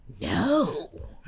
No